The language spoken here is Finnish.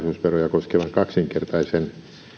koskevan kaksinkertaisen